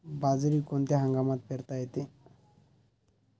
बाजरी कोणत्या हंगामात पेरता येते?